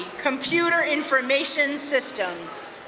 computer information systems.